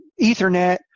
Ethernet